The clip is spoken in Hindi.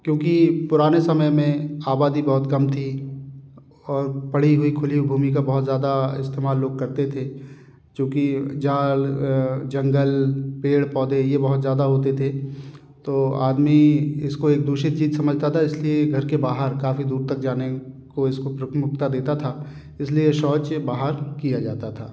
क्योंकि पुराने समय में आबादी बहुत कम थी और पड़ी हुई खुली भूमि का बहुत ज़्यादा लोग इस्तेमाल लोग करते थे जो कि जाल जंगल पेड़ पौधे ये बहुत ज़्यादा होते थे तो आदमी इसको एक दूषित चीज़ समझता था इस लिए घर के बाहर काफ़ी दूर तक जाने को इसको प्रमुखता देता था इस लिए शौच बाहर किया जाता था